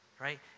Right